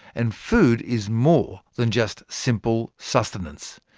and food is more than just simple sustenance.